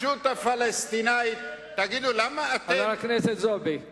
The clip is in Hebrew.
חבר הכנסת אגבאריה, לא להפריע.